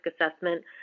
assessment